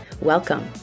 Welcome